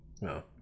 No